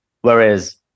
whereas